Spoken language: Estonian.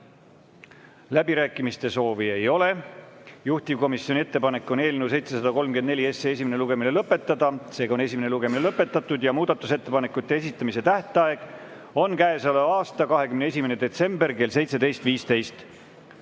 Läbirääkimiste soovi rohkem ei ole. Juhtivkomisjoni ettepanek on eelnõu 734 esimene lugemine lõpetada. Esimene lugemine on lõpetatud ja muudatusettepanekute esitamise tähtaeg on käesoleva aasta 21. detsember kell 17.15.